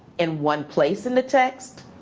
in one place in the text,